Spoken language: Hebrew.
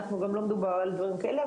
לא מדובר על דברים כאלה,